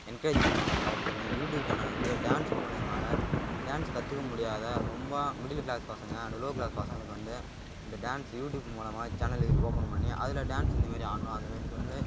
encourage பண்ணுவாங்க எல்லாத்தியுமே YouTube சேனலில் வந்து டான்ஸு மூலிமாக டான்ஸு கற்றுக்க முடியாத ரொம்ப மிடிலு கிளாஸ் பசங்க அண்ட் லோ கிளாஸ் பசங்களுக்கு வந்து இந்த டான்ஸ் யூடியூப் மூலமாக சேனலு ஓபன் பண்ணி அதில் டான்ஸ் இந்த மாரி ஆடணும் அந்த மாரி சொல்லி